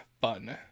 fun